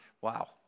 Wow